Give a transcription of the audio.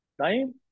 Time